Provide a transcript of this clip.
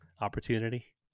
opportunity